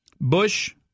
Bush